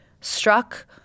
struck